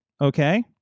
Okay